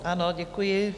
Ano, děkuji.